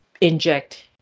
inject